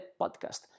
podcast